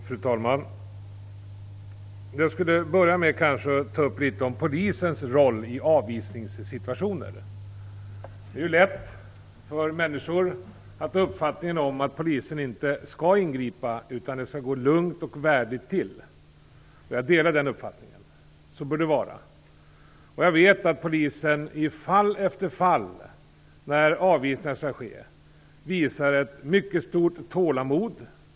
Fru talman! Jag skall börja med att ta upp litet om polisens roll i avvisningssituationer. Det är ju lätt för människor att ha uppfattningen att polisen inte skall ingripa, utan att det skall gå lugnt och värdigt till, och jag delar den uppfattningen. Så bör det vara. Jag vet att polisen i fall efter fall, när avvisningar skall ske, visar ett mycket stort tålamod.